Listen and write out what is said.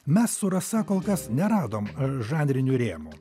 mes su rasa kol kas neradom žanrinių rėmų